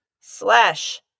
slash